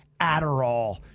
Adderall